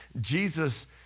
Jesus